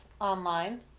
online